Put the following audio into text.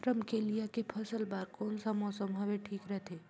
रमकेलिया के फसल बार कोन सा मौसम हवे ठीक रथे?